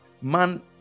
man